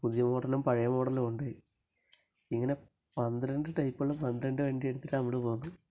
പുതിയ മോഡലും പഴയ മോഡലും ഉണ്ട് ഇങ്ങനെ പന്ത്രണ്ട് ടൈപ്പുള്ള പന്ത്രണ്ട് വണ്ടിയെടുത്തിട്ടാണ് നമ്മൾ പോകുന്നത്